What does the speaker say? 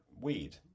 weed